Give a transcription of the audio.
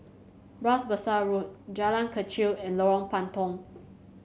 Bras Basah Road Jalan Kechil and Lorong Puntong